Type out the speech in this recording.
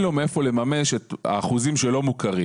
לו מאיפה לממש את האחוזים שלא מוכרים.